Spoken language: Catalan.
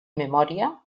memòria